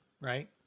right